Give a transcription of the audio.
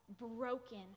broken